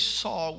saw